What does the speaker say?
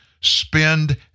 spend